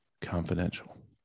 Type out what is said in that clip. confidential